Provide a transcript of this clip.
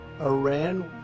Iran